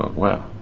wow.